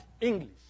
English